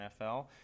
NFL